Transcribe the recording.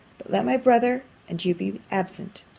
let my brother and you be absent.